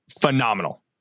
phenomenal